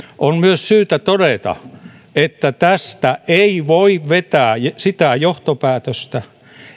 on myös syytä todeta että tästä ei voi vetää sitä johtopäätöstä